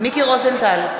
מיקי רוזנטל,